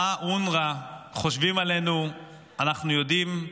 מה אונר"א חושבים עלינו אנחנו יודעים,